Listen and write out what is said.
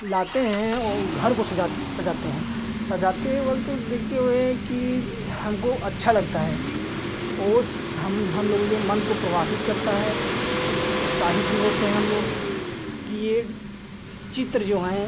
लाते हैं और घर को सजा सजाते हैं सजाते वक्त देखते हुए कि हमको अच्छा लगता है और हम हमलोगों के मन को प्रवासित करता है उत्साहित भी होते हैं हमलोग कि यह चित्र जो है